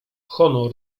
honor